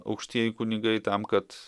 aukštieji kunigai tam kad